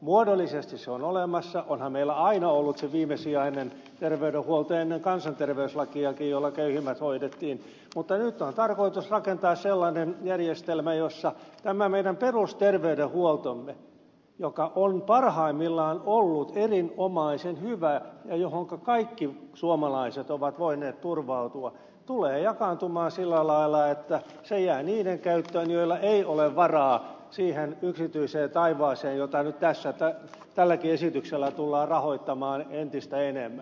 muodollisesti se on olemassa onhan meillä aina ollut se viimesijainen terveydenhuolto ennen kansanterveyslakiakin jolla köyhimmät hoidettiin mutta nyt on tarkoitus rakentaa sellainen järjestelmä jossa tämä meidän perusterveydenhuoltomme joka on parhaimmillaan ollut erinomaisen hyvä ja johon kaikki suomalaiset ovat voineet turvautua tulee jakaantumaan sillä lailla että se jää niiden käyttöön joilla ei ole varaa siihen yksityiseen taivaaseen jota nyt tälläkin esityksellä tullaan rahoittamaan entistä enemmän